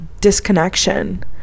disconnection